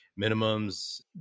minimums